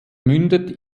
mündet